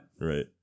Right